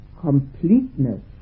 completeness